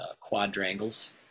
quadrangles